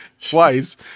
twice